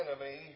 enemy